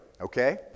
okay